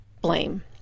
blame